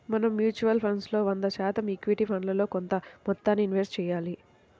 మనం mutual funds లో వంద శాతం ఈక్విటీ ఫండ్లలో కొంత మొత్తాన్నే ఇన్వెస్ట్ చెయ్యాలి